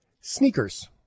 Sneakers